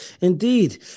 indeed